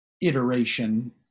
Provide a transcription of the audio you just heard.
iteration